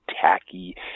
tacky